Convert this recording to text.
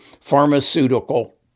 pharmaceutical